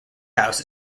house